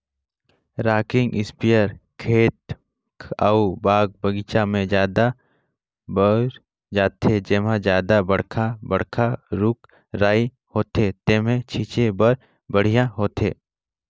rocking इस्पेयर खेत अउ बाग बगीचा में जादा बउरे जाथे, जेम्हे जादा बड़खा बड़खा रूख राई होथे तेम्हे छीटे बर बड़िहा होथे